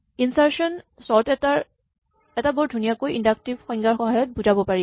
insertion chart ৰ এটা বৰ ধুনীয়াকৈ ইন্ডাক্টিভ সংজ্ঞাৰ সহায়ত বুজাব পাৰি